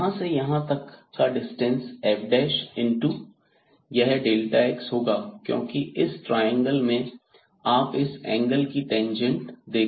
यहां से यहां तक का डिस्टेंस f इन टू यह x होगा क्योंकि इस ट्राएंगल में आप इस एंगल की टेंजेंट देख सकते हैं